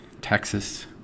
Texas